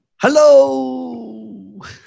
Hello